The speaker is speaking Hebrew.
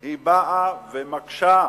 היא באה ומקשה,